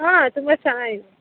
ಹಾಂ ತುಂಬ ಚೆನ್ನಾಗಿದೆ